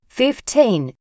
fifteen